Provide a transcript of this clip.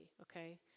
okay